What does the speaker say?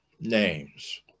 names